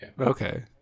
Okay